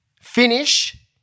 finish